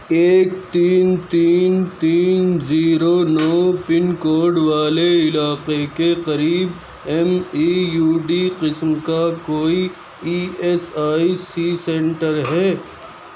ایک تین تین تین زیرو نو پن کوڈ والے علاقے کے قریب ایم ای یو ڈی قسم کا کوئی E S I C centre ہے